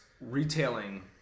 retailing